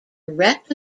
direct